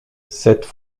cette